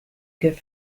good